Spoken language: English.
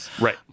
Right